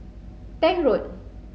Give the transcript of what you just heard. Tank Road